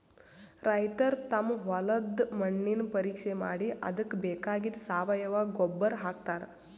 ರೈತರ್ ತಮ್ ಹೊಲದ್ದ್ ಮಣ್ಣಿನ್ ಪರೀಕ್ಷೆ ಮಾಡಿ ಅದಕ್ಕ್ ಬೇಕಾಗಿದ್ದ್ ಸಾವಯವ ಗೊಬ್ಬರ್ ಹಾಕ್ತಾರ್